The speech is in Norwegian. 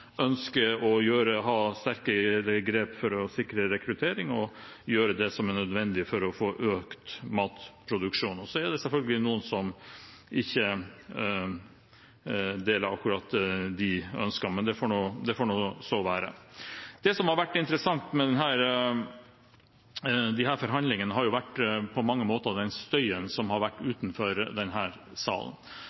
ønsker å ta hele landet i bruk, at man ønsker å ta sterkere grep for å sikre rekruttering og gjøre det som er nødvendig for å få økt matproduksjonen. Så er det selvfølgelig noen som ikke deler akkurat de ønskene, men det får nå så være. Det som har vært interessant med disse forhandlingene, har på mange måter vært den støyen som har vært utenfor denne salen,